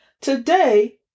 today